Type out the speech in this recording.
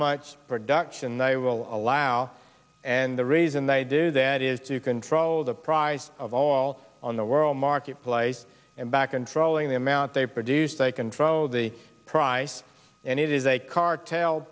much production they will allow and the reason they do that is to control the price of all on the world market place and back and following the amount they produce they control the price and it is a cartel